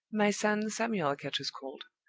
my son samuel catches cold.